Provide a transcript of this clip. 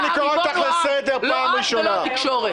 אני קורא אותך לסדר פעם ראשונה.